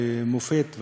למופת,